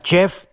Jeff